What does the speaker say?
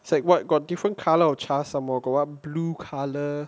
it's like what got different colour of CHAS somemore got what blue colour